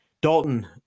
Dalton